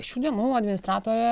šių dienų administratorė